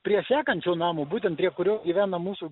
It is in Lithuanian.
prie sekančio namo būtent prie kurio gyvena mūsų